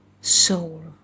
soul